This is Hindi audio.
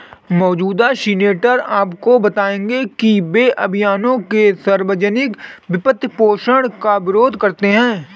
मौजूदा सीनेटर आपको बताएंगे कि वे अभियानों के सार्वजनिक वित्तपोषण का विरोध करते हैं